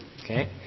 Okay